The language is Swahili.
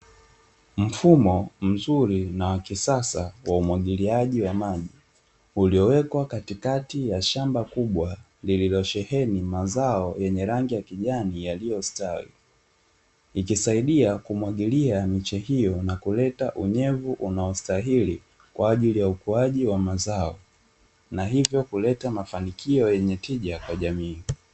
Mfumo mzuri na wa kisasa wa umwagiliaji wa maji, uliowekwa katikati ya shamba kubwa, lililosheni mazao yenye rangi ya kijani, yaliyostawi. Ikisaidia kumwagilia miche hiyo na kuleta unyevu unaostahili, kwa ajili ya ukuaji wa mazao, na hivyo kuleta mafanikio yenye tija kwa jamii.